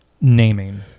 naming